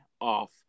off